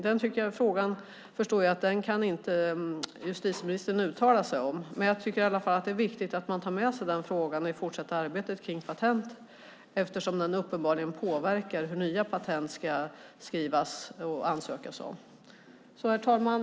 Den frågan förstår jag att justitieministern inte kan uttala sig om, men jag tycker i alla fall att det är viktigt att man tar med sig den i det fortsatta arbetet med patent eftersom den uppenbarligen påverkar hur nya patent ska skrivas och ansökas om. Herr talman!